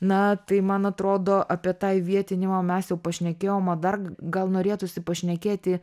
na tai man atrodo apie tą įvietinimą mes jau pašnekėjom o dar gal norėtųsi pašnekėti